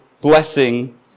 blessing